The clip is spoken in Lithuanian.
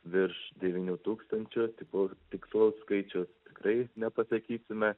virš devynių tūkstančių tikslau tikslaus skaičiaus tikrai nepasakytume